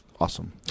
awesome